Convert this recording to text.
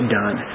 done